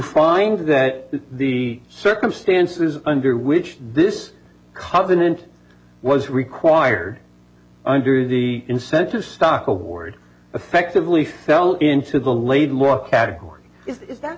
find that the circumstances under which this covenant was required under the incentive stock award effectively sell into the laidlaw category is that